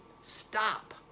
stop